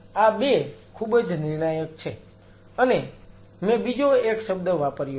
આ 2 ખૂબ જ નિર્ણાયક છે અને મેં બીજો એક શબ્દ વાપર્યો છે